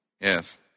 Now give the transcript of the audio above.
Yes